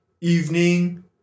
evening